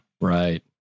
Right